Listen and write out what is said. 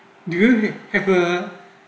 do you have a